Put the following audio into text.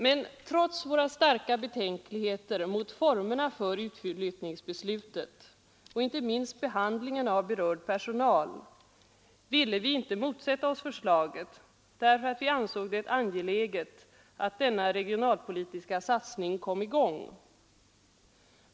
Men trots våra starka betänkligheter mot formerna för utflyttningsbeslutet — och inte minst behandlingen av berörd personal — ville vi inte motsätta oss förslaget, därför att vi ansåg det angeläget att denna regionalpolitiska satsning kom i gång.